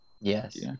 Yes